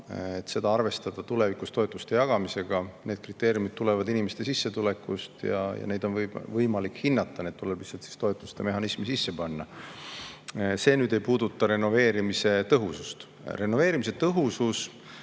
ja seda [soovitakse] tulevikus toetuste jagamisel arvestada. Need kriteeriumid tulenevad inimeste sissetulekust ja neid on võimalik hinnata. Need tuleb lihtsalt toetuste mehhanismi sisse panna. See ei puuduta renoveerimise tõhusust. Renoveerimise tõhusus,